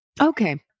Okay